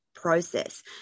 process